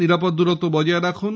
নিরাপদ দূরত্ব বজায় রাখুন